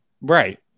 right